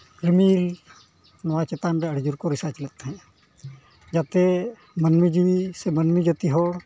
ᱨᱤᱢᱤᱞ ᱱᱚᱣᱟ ᱪᱮᱛᱟᱱ ᱨᱮ ᱟᱹᱰᱤ ᱡᱳᱨ ᱠᱚ ᱨᱤᱥᱟᱨᱪ ᱞᱮᱫ ᱛᱟᱦᱮᱸᱫᱼᱟ ᱡᱟᱛᱮ ᱢᱟᱹᱱᱢᱤ ᱡᱤᱣᱤ ᱥᱮ ᱢᱟᱹᱱᱢᱤ ᱡᱟᱹᱛᱤ ᱦᱚᱲ